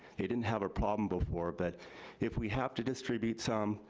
they didn't have a problem before, but if we have to distribute some,